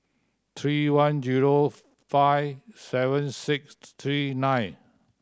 three one zero five seven six three nine